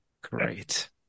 great